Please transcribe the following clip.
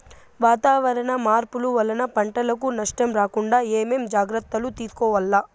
వాతావరణ మార్పులు వలన పంటలకు నష్టం రాకుండా ఏమేం జాగ్రత్తలు తీసుకోవల్ల?